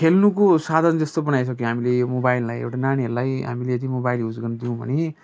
खेल्नको साधन जस्तो बनाइसक्यो हामीले यो मोबाइललाई एउटा नानीहरूलाई हामीले यदि मोबाइल युज गर्न दियौँ भने